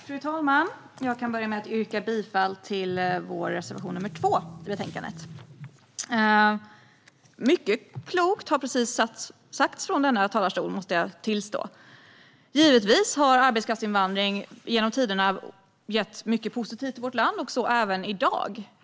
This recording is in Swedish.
Fru talman! Jag vill börja med att yrka bifall till vår reservation 2 i betänkandet. Mycket klokt har precis sagts från den här talarstolen, måste jag tillstå. Givetvis har arbetskraftsinvandring genom tiderna gett mycket positivt till vårt land och gör så även i dag.